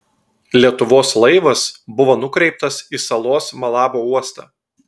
lietuvos laivas buvo nukreiptas į salos malabo uostą